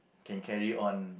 can carry on